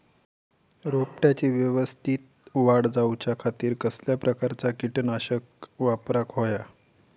रोपट्याची यवस्तित वाढ जाऊच्या खातीर कसल्या प्रकारचा किटकनाशक वापराक होया?